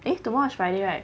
eh tomorrow is friday right